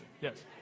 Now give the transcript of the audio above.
Yes